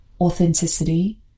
authenticity